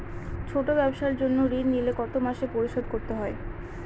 ছোট ব্যবসার জন্য ঋণ নিলে কত মাসে পরিশোধ করতে হয়?